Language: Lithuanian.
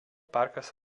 parkas